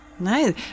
Nice